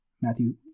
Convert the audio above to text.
Matthew